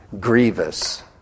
Grievous